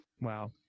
wow